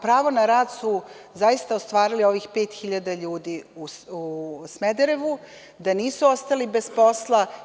Pravo na rad su zaista ostvarili ovih 5.000 ljudi u Smederevu, da nisu ostali bez posla.